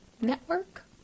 network